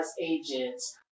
agents